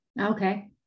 Okay